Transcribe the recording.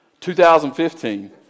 2015